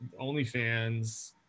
OnlyFans